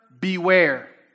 beware